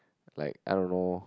like I don't know